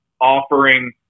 offering